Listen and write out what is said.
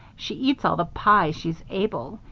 she eats all the pie she's able.